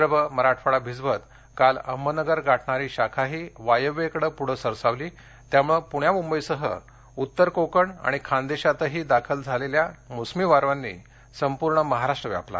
विदर्भ मराठवाडा भिजवत काल अहमदनगर गाठणारी शाखाही वायव्येकडे पुढे सरसावली त्यामुळे पुण्या मुंबईसह उत्तर कोकण आणि खान्देशातहीदाखल होत मोसमी वार्यांतनी संपूर्ण महाराष्ट्र व्यापला